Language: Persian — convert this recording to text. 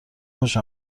خوش